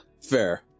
Fair